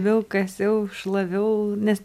vėl kasiau šlaviau nes